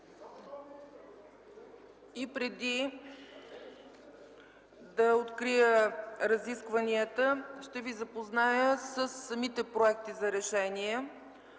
Преди да открия разискванията, ще ви запозная със самите проекти за решения: